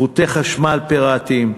חוטי חשמל פיראטיים,